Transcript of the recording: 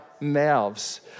mouths